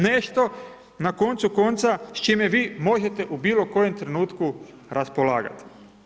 Nešto, na koncu, konca, s čime vi možete u bilo kojem trenutku raspolagati.